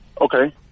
Okay